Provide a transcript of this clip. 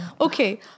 Okay